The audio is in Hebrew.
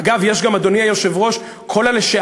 אגב, יש גם, אדוני היושב-ראש, כל הלשעברים.